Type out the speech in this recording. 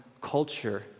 culture